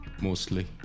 Mostly